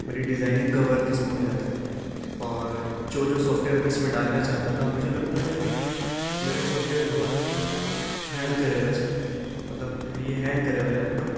میری ڈیزائننگ کا ورک اس میں ہو جاتا ہے اور جو جو سافٹ ویئر میں اس میں ڈالنا چاہتا تھا مجھے لگتا تھا کہ میرا سافٹ ویئر بہت ہینگ کرے گا اس مطلب یہ ہینگ کرے گا لیپ ٹاپ